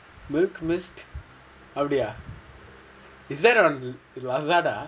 milkmist அப்டியா:apdiyaa is that on Lazada